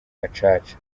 gacaca